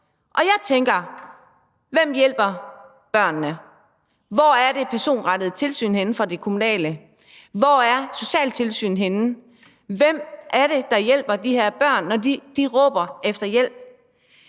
Og jeg tænker: Hvem hjælper børnene? Hvor er det personrettede tilsyn fra kommunal side henne? Hvor er socialtilsynet henne? Hvem er det, der hjælper de her børn, når de råber efter hjælp?